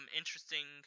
interesting